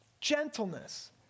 gentleness